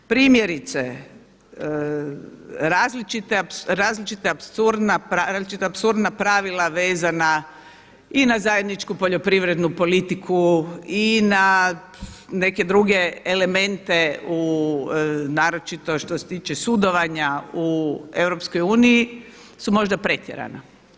Primjerice različita apsurdna pravila vezana i na zajedničku poljoprivrednu politiku i na neke druge elemente naročito što se tiče sudovanja u EU su možda pretjerana.